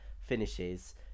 finishes